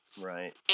Right